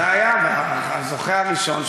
זה היה הזוכה הראשון.